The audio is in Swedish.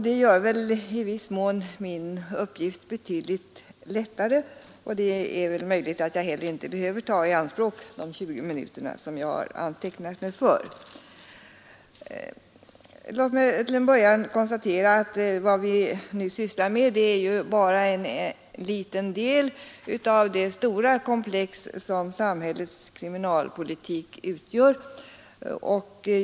Det gör väl i viss mån min uppgift betydligt lättare, och det är väl möjligt att jag inte behöver ta i anspråk de 20 minuter som jag har antecknat mig för. Vad vi nu sysslar med är ju bara en liten del av det stora komplex som samhällets kriminalpolitik utgör.